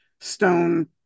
stone